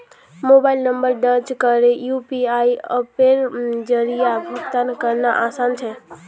mobile number दर्ज करे UPI अप्पेर जरिया भुगतान करना आसान छे